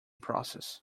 process